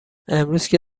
امروزکه